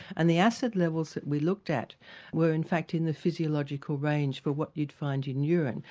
and the acid levels that we looked at were in fact in the physiological range for what you'd find in urine.